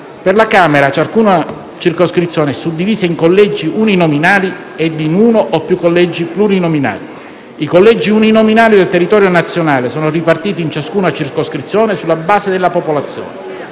dei deputati, ciascuna circoscrizione è suddivisa in collegi uninominali e in uno o più collegi plurinominali. I collegi uninominali del territorio nazionale sono ripartiti in ciascuna circoscrizione sulla base della popolazione.